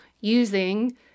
using